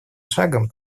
шагом